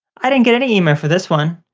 i didn't get any email for this one.